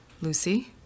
Lucy